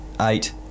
eight